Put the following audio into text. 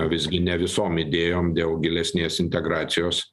visgi ne visom idėjom dėl gilesnės integracijos